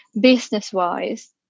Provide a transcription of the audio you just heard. business-wise